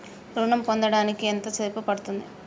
ఋణం పొందడానికి ఎంత సేపు పడ్తుంది?